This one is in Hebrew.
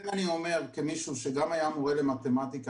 אני אומר כמישהו שגם היה מורה למתמטיקה,